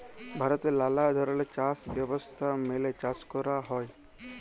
ভারতে লালা ধরলের চাষ ব্যবস্থা মেলে চাষ ক্যরা হ্যয়